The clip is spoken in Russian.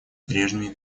прежними